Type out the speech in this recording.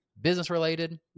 business-related